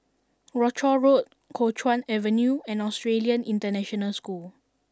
Rochor Road Kuo Chuan Avenue and Australian International School